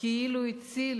כאילו הציל